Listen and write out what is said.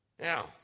Now